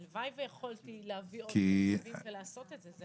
הלוואי ויכולתי להביא עוד תקציבים ולעשות את זה.